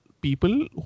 people